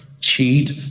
cheat